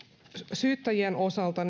syyttäjien osalta